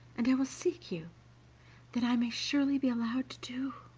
and i will seek you that i may surely be allowed to do!